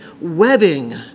webbing